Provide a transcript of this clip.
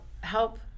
help